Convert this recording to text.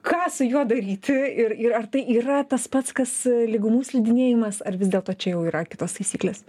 ką su juo daryti ir ar tai yra tas pats kas lygumų slidinėjimas ar vis dėlto čia jau yra kitos taisyklės